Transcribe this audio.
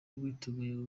rwiteguye